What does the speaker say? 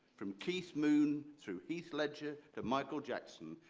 from keith moon through heath ledger, to michael jackson,